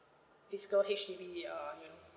physical H_D_B uh you know